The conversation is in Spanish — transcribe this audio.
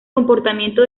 comportamiento